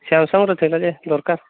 ସାମସଙ୍ଗ୍ର ଥିଲା ଯେ ଦରକାର